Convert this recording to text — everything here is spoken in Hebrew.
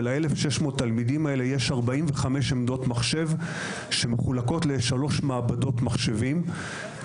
ול-1,600 התלמידים האלה יש 45 עמדות מחשב שמחולקות לשלוש מעבדות מחשבים.